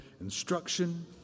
instruction